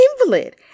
invalid